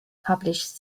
published